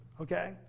okay